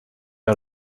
out